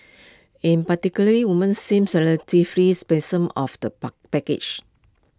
in particular women seemed relatively of the puck package